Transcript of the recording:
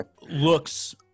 looks